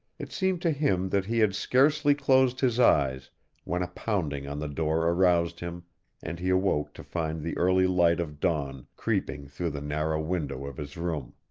it seemed to him that he had scarcely closed his eyes when a pounding on the door aroused him and he awoke to find the early light of dawn creeping through the narrow window of his room.